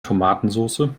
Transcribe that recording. tomatensoße